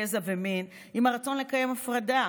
גזע ומין עם הרצון לקיים הפרדה,